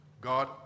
God